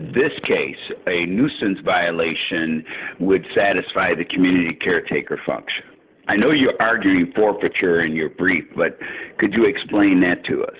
this case a nuisance violation would satisfy the community caretaker function i know you're arguing for picture in your brief but could you explain that to us